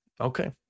Okay